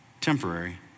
temporary